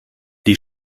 die